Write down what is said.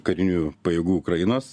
karinių pajėgų ukrainos